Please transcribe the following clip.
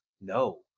no